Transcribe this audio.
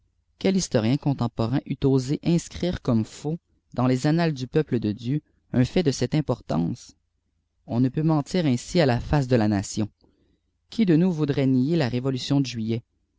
quel lhqéfmikr temporaiii eût osé inscrire commçjba diuleff ffusfii m kfw de dieu un fait de cette importance on ne peut mentir ainsi à la face de la nation qui de nous voudrait niçr la réyolution de juillet